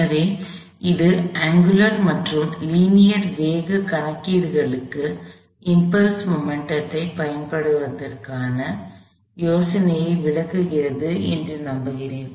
எனவே இது அங்குலர் மற்றும் லீனியர் வேகக் கணக்கீடுகளுக்கு இம்பல்ஸ் மொமெண்ட்டத்தைப் பயன்படுத்துவதற்கான யோசனையை விளக்குகிறது என்று நம்புகிறேன்